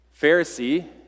Pharisee